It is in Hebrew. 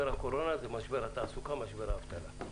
הקורונה זה משבר התעסוקה ומשבר האבטלה.